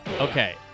Okay